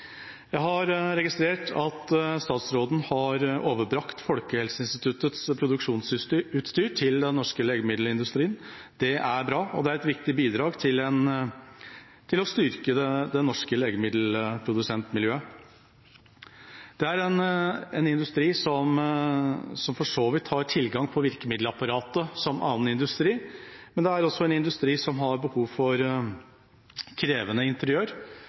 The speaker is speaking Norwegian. Jeg har registrert at statsråden har overbrakt Folkehelseinstituttets produksjonsutstyr til den norske legemiddelindustrien. Det er bra, og det er et viktig bidrag til å styrke det norske legemiddelprodusentmiljøet. Det er en industri som for så vidt har tilgang på virkemiddelapparatet som annen industri, men det er også en industri som har behov for krevende interiør,